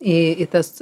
į tas